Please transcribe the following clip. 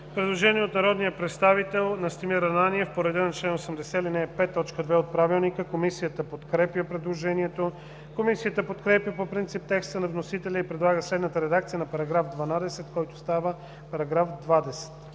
Предложение от народния представител Настимир Ананиев по реда на чл. 80, ал. 5, т. 2 от Правилника. Комисията подкрепя предложението. Комисията подкрепя по принцип текста на вносителя и предлага следната редакция на § 12, който става § 20: „§ 20.